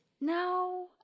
No